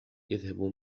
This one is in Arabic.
يذهب